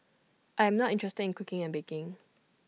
I am not interested in cooking and baking